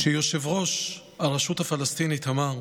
כשיושב-ראש הרשות הפלסטינית אמר: